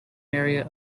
area